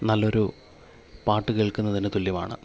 നല്ല ഒരു പാട്ട് കേൾക്കുന്നതിന് തുല്യമാണ്